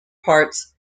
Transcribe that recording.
parts